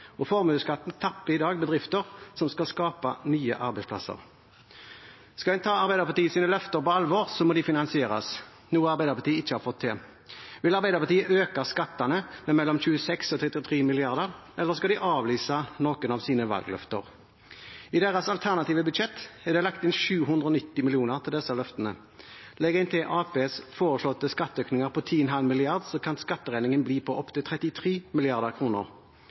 og formuesskatten tapper i dag bedrifter som skal skape nye arbeidsplasser. Skal en ta Arbeiderpartiets løfter på alvor, må de finansieres, noe Arbeiderpartiet ikke har fått til. Vil Arbeiderpartiet øke skattene med mellom 26 og 33 mrd. kr, eller skal de avlyse noen av sine valgløfter? I deres alternative budsjett er det lagt inn 790 mill. kr til disse løftene. Legger en til Arbeiderpartiets foreslåtte skatteøkninger på 10,5 mrd. kr, kan skatteregningen bli på opptil 33